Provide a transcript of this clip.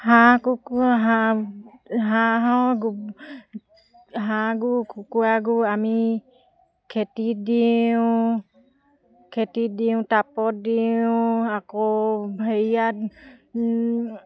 হাঁহ কুকুৰা হাঁহ হাঁহৰ হাঁহ গু কুকুৰাৰ গু আমি খেতিত দিওঁ খেতিত দিওঁ টাবত দিওঁ আকৌ হেৰিয়াত